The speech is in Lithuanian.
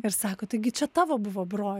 ir sako taigi čia tavo buvo bro